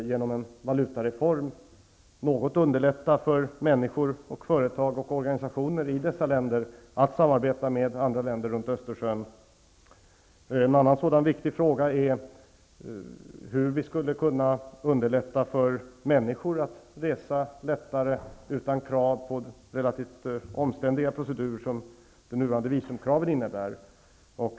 Genom en valutareform kan man något underlätta för människor, företag och organisationer i dessa länder att samarbeta med andra länder runt Dessutom är det vikigt att diskutera hur vi skulle kunna underlätta för människor att resa utan krav på sådana relativt omständliga procedurer som de nuvarande visumkraven innebär.